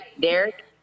Derek